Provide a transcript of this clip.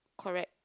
correct